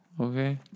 Okay